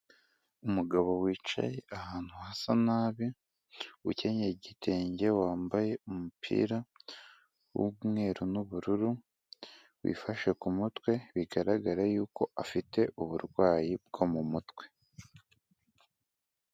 Umugabo wicaye ahantu hasa nabi, ukenyeye igitenge, wambaye umupira w'umweru n'ubururu, wifashe ku mutwe, bigaragara yuko afite uburwayi bwo mu mutwe.